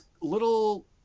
Little